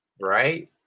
right